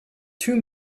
two